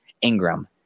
Ingram